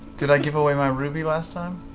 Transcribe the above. did i give away my ruby last time?